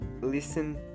listen